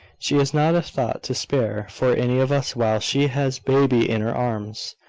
she has not a thought to spare for any of us while she has baby in her arms.